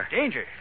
Danger